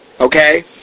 Okay